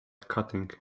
cutting